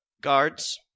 Guards